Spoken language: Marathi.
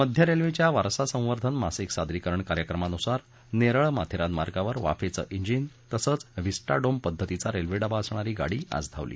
मध्य रेल्वेच्या वारसा संवर्धन मासिक सादरीकरण कार्यक्रमानुसार नेरळ माथेरान मार्गावर वाफेच जिन तसंच व्हिस्टा डोम पद्धतीचा रेल्वेडबा असणारी गाडी आज धावली